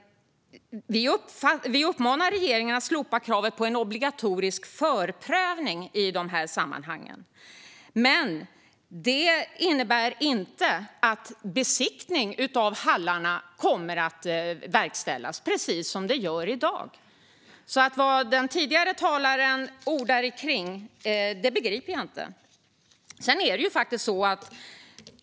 Vi uppmanar regeringen att slopa kravet på en obligatorisk förprövning i sammanhangen, men det innebär inte att besiktning av hallarna kommer att verkställas, precis som det är i dag. Vad den tidigare talaren ordar om begriper jag inte.